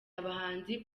abahanzi